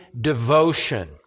devotion